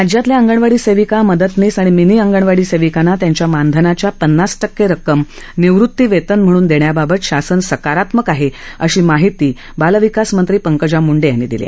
राज्यातल्या अंगणवाडी सेविका मदतनीस आणि मिनी अंगणवाडी सेविकांना त्यांच्या मानधनाच्या पन्नास टक्के रक्कम निवृत्तीवेतन म्हणून देण्याबाबत शासन सकारात्मक आहे अशी माहिती आणि बालविकासमंत्री पंकजा मूंडे यांनी दिली